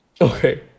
Okay